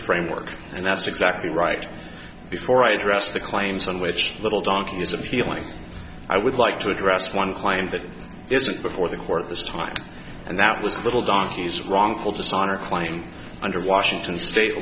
framework and that's exactly right before i addressed the claims on which little donkey is appealing i would like to address one client that isn't before the court this time and that was the whole donkey's wrongful dishonor claim under washington state